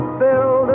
build